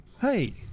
Hey